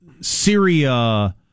Syria